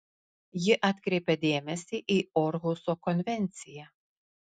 ji atkreipia dėmesį į orhuso konvenciją